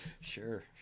Sure